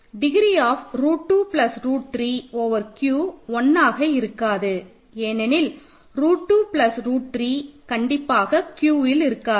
degree of root 2 plus root 3 over Q 1 ஆக இருக்காது ஏனெனில் ரூட் 2 பிளஸ் ரூட் 3 கண்டிப்பாக Q இல் இருக்காது